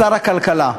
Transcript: שר הכלכלה.